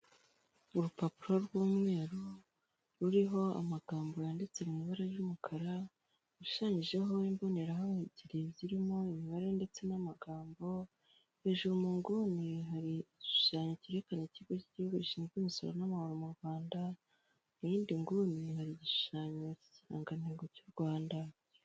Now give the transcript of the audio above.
Urupapuro rw'umweru ruriho amagambo yanditse mu ibara ry'umukara, rushushanyijeho imbonerahamwe ebyiri zirimo imibare ndetse n'amagambo, hejuru mu nguni hari igishushanyo cyerekana ikigo cy' igihugu gishinzwe imisoro n'amahoro mu Rwanda, mu yindi nguni hari igishushanyo cy'ikirangantego cy'u Rwanda.